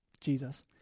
Jesus